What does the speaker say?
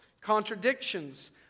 contradictions